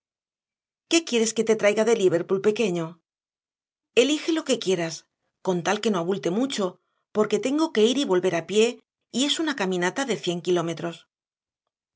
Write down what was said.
qué quieres que te traiga de liverpool pequeño elige lo que quieras con tal que no abulte mucho porque tengo que ir y volver a pie y es una caminata de cien kilómetros